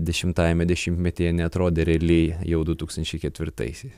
dešimtajame dešimtmetyje neatrodė reali jau du tūkstančiai ketvirtaisiais